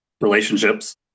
relationships